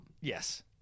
Yes